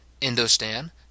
Indostan